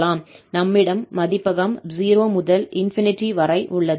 நம்மிடம் மதிப்பகம் 0 முதல் ∞ வரை உள்ளது